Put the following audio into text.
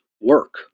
work